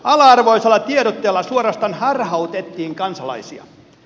ala arvoisella tiedotteella suorastaan harhautettiin kansalaisia